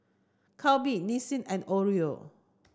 Calbee Nissin and Oreo